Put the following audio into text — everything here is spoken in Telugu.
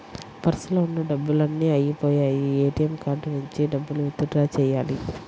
పర్సులో ఉన్న డబ్బులన్నీ అయ్యిపొయ్యాయి, ఏటీఎం కార్డు నుంచి డబ్బులు విత్ డ్రా చెయ్యాలి